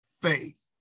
faith